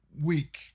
week